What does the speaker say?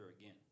again